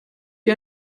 wie